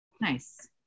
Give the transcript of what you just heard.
Nice